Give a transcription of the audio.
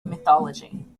mythology